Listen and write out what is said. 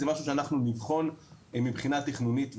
זה משהו שאנחנו נבחן מבחינה תכנונית,